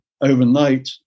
overnight